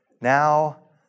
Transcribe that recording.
Now